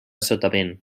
sotavent